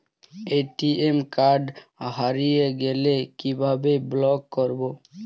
ATM card হারিয়ে গেলে কিভাবে ব্লক করবো?